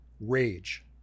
rage